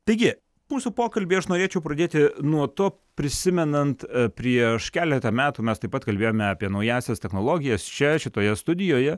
taigi mūsų pokalbį aš norėčiau pradėti nuo to prisimenant prieš keletą metų mes taip pat kalbėjome apie naująsias technologijas čia šitoje studijoje